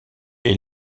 est